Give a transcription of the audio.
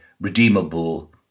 redeemable